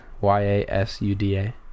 Y-A-S-U-D-A